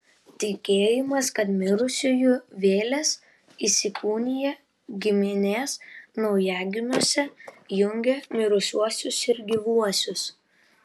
tikėjimas kad mirusiųjų vėlės įsikūnija giminės naujagimiuose jungė mirusiuosius ir gyvuosius